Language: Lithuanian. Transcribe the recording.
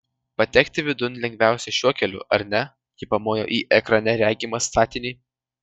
patekti vidun lengviausia šiuo keliu ar ne ji pamojo į ekrane regimą statinį